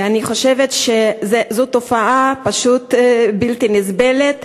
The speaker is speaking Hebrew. אני חושבת שזו תופעה פשוט בלתי נסבלת,